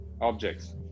objects